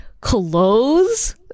clothes